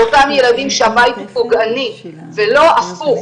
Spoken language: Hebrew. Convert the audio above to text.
של אותם ילדים שהבית הוא פוגעני ולא הפוך.